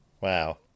Wow